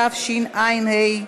התשע"ה,